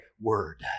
word